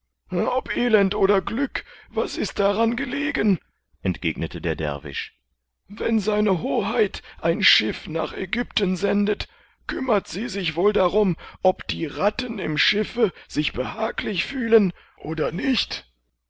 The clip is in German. ob elend oder glück was ist daran gelegen entgegnete der derwisch wenn seine hoheit ein schiff nach aegypten sendet kümmert sie sich wohl darum ob die ratten im schiffe sich behaglich fühlen oder nicht